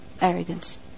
arrogance